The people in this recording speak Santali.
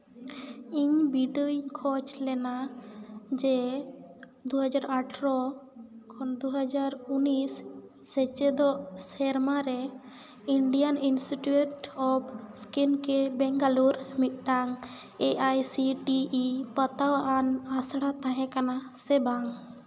ᱤᱧ ᱵᱤᱰᱟᱹᱣᱤᱧ ᱠᱷᱚᱡᱽ ᱞᱮᱱᱟ ᱡᱮ ᱫᱩ ᱦᱟᱡᱟᱨ ᱟᱴᱷᱮᱨᱚ ᱠᱷᱚᱱ ᱫᱩ ᱦᱟᱡᱟᱨ ᱩᱱᱤᱥ ᱥᱮᱪᱮᱫᱚᱜ ᱥᱮᱨᱢᱟ ᱨᱮ ᱤᱱᱰᱤᱭᱟᱱ ᱤᱱᱥᱨᱤᱴᱤᱭᱩᱴ ᱚᱯᱷ ᱤᱥᱠᱤᱱ ᱠᱮ ᱵᱮᱝᱜᱟᱞᱳᱨ ᱢᱤᱫᱴᱟᱝ A I C T E ᱯᱟᱛᱟᱣ ᱟᱱ ᱟᱥᱲᱟ ᱛᱟᱦᱮᱸ ᱠᱟᱱᱟ ᱥᱮ ᱵᱟᱝ